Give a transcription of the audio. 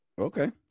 Okay